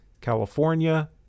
California